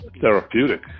therapeutic